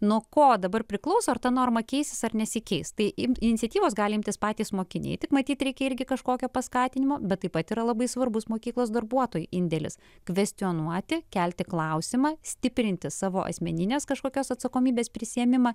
nuo ko dabar priklauso ar ta norma keisis ar nesikeis tai ir iniciatyvos galintys patys mokiniai tik matyt reikia irgi kažkokio paskatinimo bet taip pat yra labai svarbus mokyklos darbuotojų indėlis kvestionuoti kelti klausimą stiprinti savo asmeninės kažkokios atsakomybės prisiėmimą